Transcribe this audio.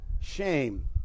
shame